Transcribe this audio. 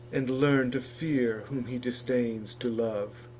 and learn to fear whom he disdains to love.